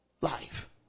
life